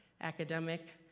academic